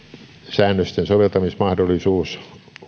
säännösten soveltamismahdollisuus